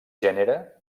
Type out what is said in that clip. gènere